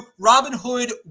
Robinhood